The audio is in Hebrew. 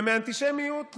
ומאנטישמיות,